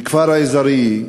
מהכפר עזרייה,